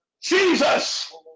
Jesus